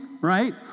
right